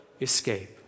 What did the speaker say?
escape